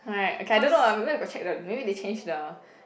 right okay I don't know ah maybe I got check the maybe they change the